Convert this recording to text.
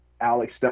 alex